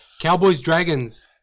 Cowboys-Dragons